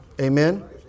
Amen